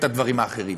את הדברים האחרים?